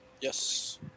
Yes